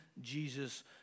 Jesus